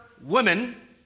women